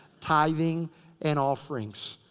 tithing and offerings.